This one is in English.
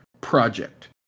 project